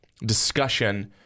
discussion